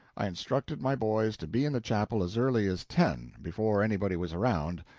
i instructed my boys to be in the chapel as early as ten, before anybody was around,